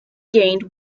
gained